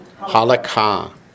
Halakha